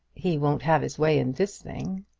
he won't have his way in this thing.